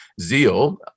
zeal